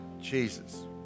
Jesus